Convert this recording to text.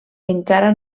encara